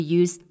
use